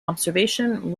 observation